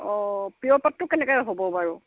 অঁ পিয়ৰ পাতটো কেনেকে হ'ব বাৰু